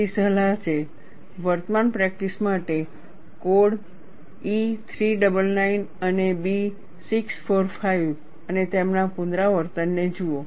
તેથી સલાહ છે વર્તમાન પ્રેક્ટિસ માટે કોડ E399 અને B645 અને તેમના પુનરાવર્તનો જુઓ